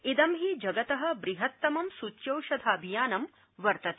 इदं हि जगत बृहत्तमं सूच्यौषधाभियानं वर्तते